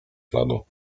śladu